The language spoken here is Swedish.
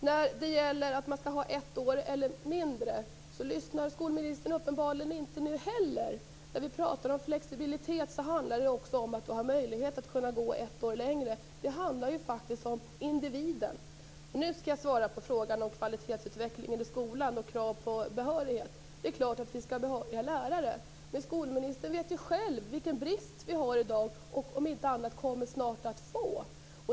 När det gällde att det skulle bli ett år mindre i skolan hade skolministern uppenbarligen inte heller nu lyssnat. När vi pratar om flexibilitet handlar det också om möjligheten att gå ett år längre. Det handlar om individen. Nu skall jag svara på frågan om kvalitetsutvecklingen i skolan och krav på behörighet. Det är klart att vi skall ha behöriga lärare. Men skolministern vet själv vilken brist på lärare det är i dag och snart kommer att bli.